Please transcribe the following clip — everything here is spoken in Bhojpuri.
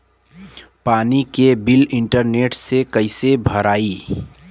पानी के बिल इंटरनेट से कइसे भराई?